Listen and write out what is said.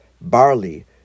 barley